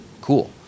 cool